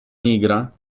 nigra